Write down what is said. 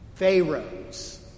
Pharaohs